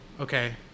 okay